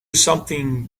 something